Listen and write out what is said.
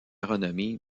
renommée